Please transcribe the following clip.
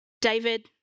David